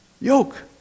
Yoke